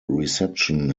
reception